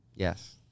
Yes